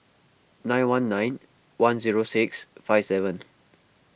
nine one nine one zero six five seven